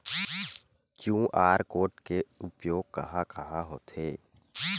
QR code के उपयोग कहां कहां होथे?